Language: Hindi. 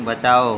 बचाओ